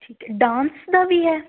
ਠੀਕ ਹੈ ਡਾਂਸ ਦਾ ਵੀ ਹੈ